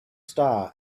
star